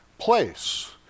place